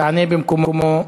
אענה במקומו.